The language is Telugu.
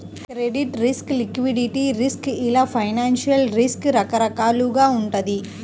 క్రెడిట్ రిస్క్, లిక్విడిటీ రిస్క్ ఇలా ఫైనాన్షియల్ రిస్క్ రకరకాలుగా వుంటది